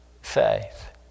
faith